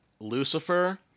Lucifer